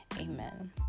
Amen